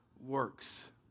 works